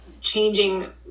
changing